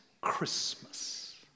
Christmas